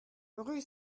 rue